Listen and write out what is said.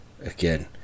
again